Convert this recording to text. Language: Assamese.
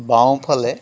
বাওঁফালে